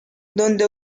donde